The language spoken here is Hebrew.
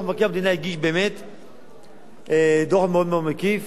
מבקר המדינה הגיש דוח מאוד מאוד מקיף.